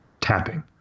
tapping